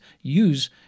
use